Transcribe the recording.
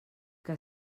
que